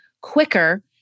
quicker